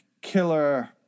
killer